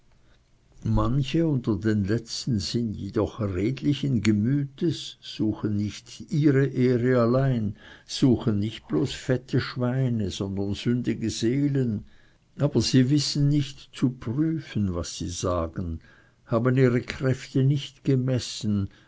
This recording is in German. manche unter den letzten jedoch sind redlichen gemütes suchen nicht ihre ehre allein suchen nicht bloß fette schweine sondern sündige seelen aber sie wissen nicht zu prüfen was sie sagen haben ihre kräfte nicht gemessen